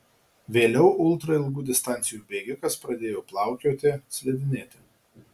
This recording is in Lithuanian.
vėliau ultra ilgų distancijų bėgikas pradėjo plaukioti slidinėti